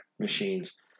machines